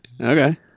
Okay